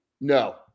No